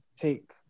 take